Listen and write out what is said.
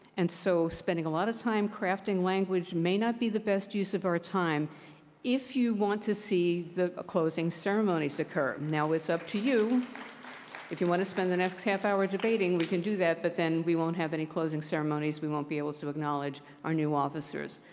and so spending a lot of time crafting language may not be the best use of our time if you want to see the closing ceremonies occur. now, it's up to you if you want to spend the next half hour debating. we can do that, but then we won't have any closing ceremonies. we won't be able to acknowledge our new officers.